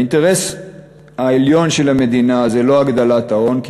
האינטרס העליון של המדינה זה לא הגדלת ההון,